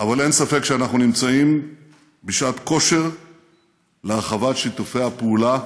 אבל אין ספק שאנחנו נמצאים בשעת כושר להרחבת שיתופי הפעולה